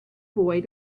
boy